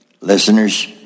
Listeners